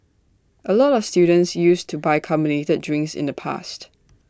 A lot of students used to buy carbonated drinks in the past